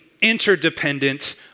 interdependent